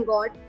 God